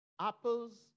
apples